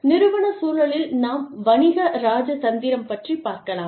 நிறுவன சூழலில் நாம் வணிக இராஜதந்திரம் பற்றி பார்க்கலாம்